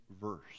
verse